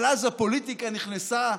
אבל אז הפוליטיקה נכנסה,